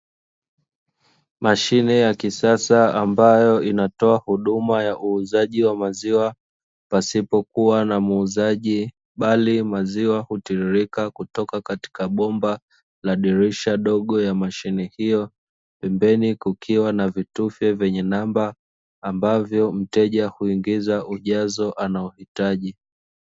Mashine ya kisasa ambayo inatoa huduma ya uuzaji wa maziwa pasipokuwa na muuzaji, bali maziwa hutiririka kutoka katika bomba la dirisha dogo ya mshine hiyo, pembeni kukiwa na vitufe vyenye namba, ambavyo mteja huingiza ujazo anaohitaji.